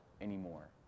anymore